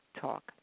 talk